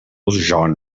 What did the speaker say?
whole